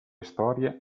storie